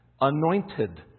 anointed